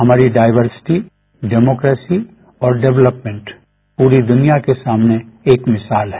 हमारी diversity democracy और development पूरी दुनिया के सामने एक मिसाल है